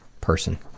person